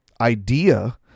idea